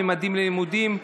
ממדים ללימודים),